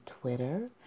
Twitter